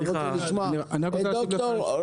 אני מבקש להתייחס לדברים של חבר הכנסת סמי אבו שחאדה.